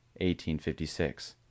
1856